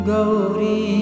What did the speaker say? Gauri